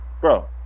bro